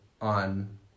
on